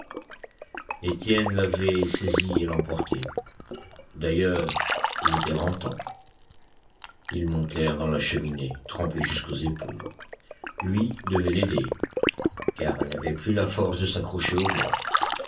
étienne l'avait saisie et l'emportait d'ailleurs il était grand temps ils montèrent dans la cheminée trempés jusqu'aux épaules lui devait l'aider car elle n'avait plus la force de s'accrocher aux bois